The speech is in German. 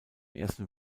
ersten